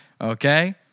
Okay